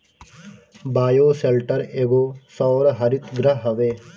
bioshelter एगो सौर हरितगृह हवे